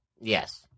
Yes